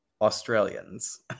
Australians